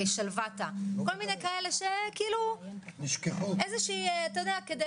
שלוותא, כל מיני כאלה שכאילו, איה שהיא כדי